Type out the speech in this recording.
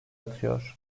atıyor